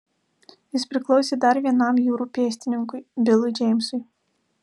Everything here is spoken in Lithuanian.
jis priklausė dar vienam jūrų pėstininkui bilui džeimsui